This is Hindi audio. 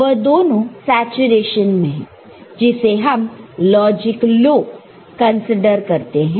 वह दोनों सैचुरेशन में है जिसे हम लॉजिक लो कंसीडर करते हैं